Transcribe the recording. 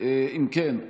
אם כן,